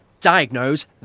Diagnose